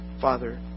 Father